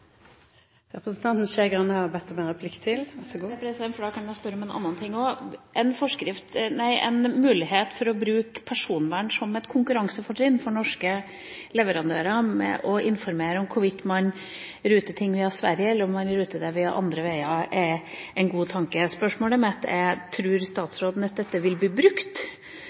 Da vil jeg spørre om en annen ting. En mulighet for norske leverandører til å bruke personvern som et konkurransefortrinn – ved å informere om hvorvidt man ruter ting via Sverige eller via andre veier – er en god tanke. Spørsmålet mitt er: Tror statsråden at dette vil bli brukt